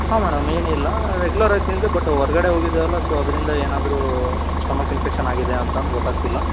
ಹಾಂ ಮೇಡಮ್ ಏನಿಲ್ಲ ರೆಗ್ಯುಲರ್ ಆಗಿ ತಿಂದೆ ಬಟ್ ಹೊರ್ಗಡೆ ಹೋಗಿದ್ದೇವಲ್ಲ ಸೊ ಅದರಿಂದ ಏನಾದರೂ ಸ್ಟಮಕ್ ಇನ್ಫೆಕ್ಷನ್ ಆಗಿದೆಯಾ ಅಂತಂದು ಗೊತ್ತಾಗ್ತಿಲ್ಲ